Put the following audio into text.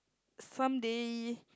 some day